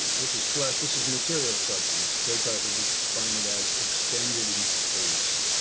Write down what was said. this is flesh, this is material substance, descartes would define it as extended in space.